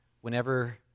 whenever